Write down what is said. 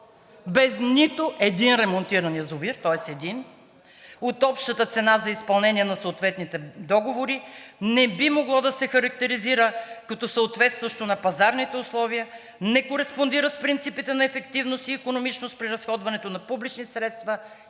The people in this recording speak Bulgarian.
без нито един ремонтиран язовир, тоест един, от общата цена за изпълнение на съответните договори не би могло да се характеризира като съответстващо на пазарните условия, не кореспондира с принципите на ефективност и икономичност при разходването на публичните средства